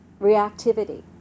reactivity